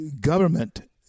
government